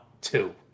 two